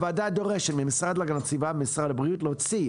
הוועדה דורשת מהמשרד להגנת הסביבה ומשרד הבריאות להוציא,